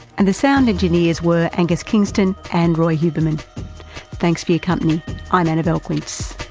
and the sound engineers were angus kingston, and roi huberman. thanks for your company i'm annabelle quince